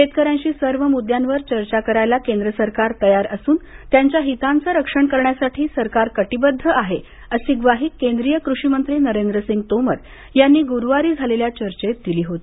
शेतकऱ्यांशी सर्व मुद्द्यांवर चर्चा करायला केंद्र सरकार तयार असून त्यांच्या हिताचं रक्षण करण्यासाठी सरकार कटिबद्ध आहे अशी ग्वाही नरेंद्रसिंग तोमर यांनी गुरूवारी झालेल्या चर्चेत दिली होती